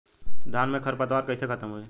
धान में क खर पतवार कईसे खत्म होई?